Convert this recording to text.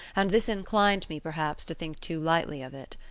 and this inclined me, perhaps, to think too lightly of it.